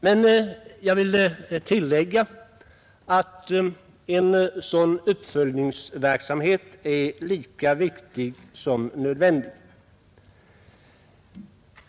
Men jag vill tillägga att en sådan uppföljningsverksamhet är lika viktig som nödvändig.